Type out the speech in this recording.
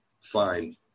fine